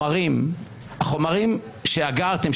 האם החומרים שאגרתם,